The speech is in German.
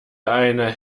eine